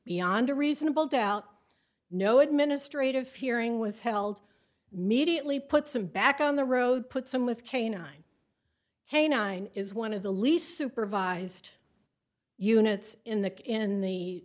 beyond a reasonable doubt no administrative hearing was held mediately put some back on the road put some with canine hey nine is one of the least supervised units in the in the